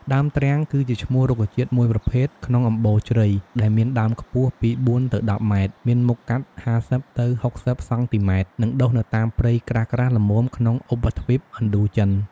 ដើមទ្រាំងគឺជាឈ្មោះរុក្ខជាតិមួយប្រភេទក្នុងអំបូរជ្រៃ ដែលមានដើមខ្ពស់ពី ៤ ទៅ ១០ ម៉ែត្រ មានមុខកាត់ ៥០ ទៅ ៦០ សង់ទីម៉ែត្រ និងដុះនៅតាមព្រៃក្រាស់ៗល្មមក្នុងឧបទ្វីបឥណ្ឌូចិន។